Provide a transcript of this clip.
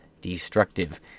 destructive